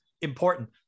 important